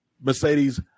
Mercedes